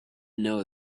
know